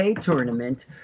tournament